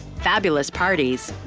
fabulous parties,